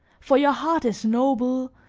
for your heart is noble,